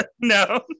no